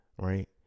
right